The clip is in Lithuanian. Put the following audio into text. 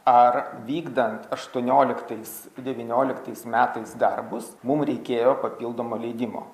ar vykdant aštuonioliktais devynioliktais metais darbus mum reikėjo papildomo leidimo